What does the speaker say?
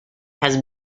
has